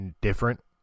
different